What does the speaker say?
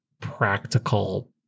practical